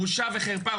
בושה וחרפה,